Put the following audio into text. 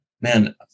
man